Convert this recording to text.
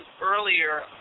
earlier